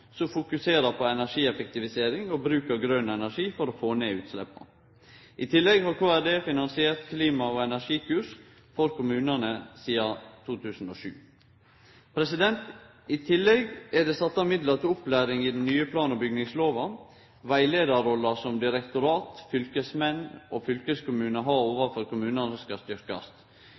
som fokuserer på energieffektivisering og bruk av grøn energi for å få ned utsleppa. I tillegg har Kommunal- og regionaldepartementet finansiert klima- og energikurs for kommunane sidan 2007. I tillegg er det sett av midlar til opplæring i den nye plan- og bygningslova. Rettleiarrolla som direktorat, fylkesmenn og fylkeskommunar har overfor kommunane, skal